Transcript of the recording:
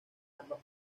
ambas